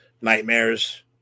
nightmares